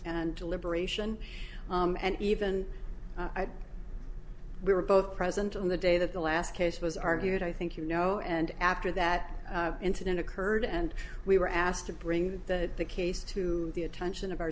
and deliberation and even we were both present on the day that the last case was argued i think you know and after that incident occurred and we were asked to bring that the case to the attention of our